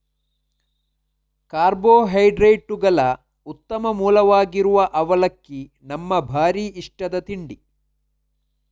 ಕಾರ್ಬೋಹೈಡ್ರೇಟುಗಳ ಉತ್ತಮ ಮೂಲವಾಗಿರುವ ಅವಲಕ್ಕಿ ನಮ್ಮ ಭಾರೀ ಇಷ್ಟದ ತಿಂಡಿ